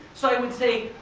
so i would say,